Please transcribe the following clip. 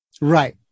right